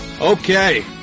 Okay